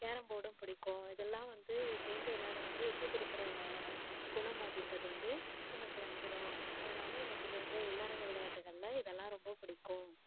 carrom போர்டும் பிடிக்கும் இதெல்லாம் வந்து சேர்ந்து விளாடும் போது விட்டுக் கொடுக்கற குணம் அப்படின்றது வந்து நமக்கு வந்துரும் அதனால் எனக்கு இது வந்து உள்ளரங்க விளையாட்டுகள்ல இதெல்லாம் ரொம்ப பிடிக்கும்